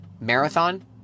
marathon